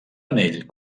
anell